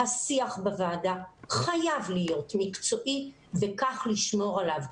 השיח בוועדה חייב להיות מקצועי וכך נשמור עליו.